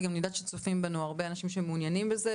כי אני יודעת שגם צופים בנו הרבה אנשים שמעוניינים בזה.